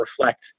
reflect